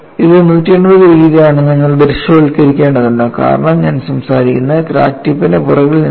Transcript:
ഇത് 180 ഡിഗ്രിയാണെന്ന് നിങ്ങൾ ദൃശ്യവൽക്കരിക്കേണ്ടതുണ്ട് കാരണം ഞാൻ സംസാരിക്കുന്നത് ക്രാക്ക് ടിപ്പ്ന് പുറകിൽ നിന്നാണ്